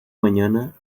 mañana